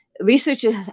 researchers